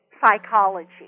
psychology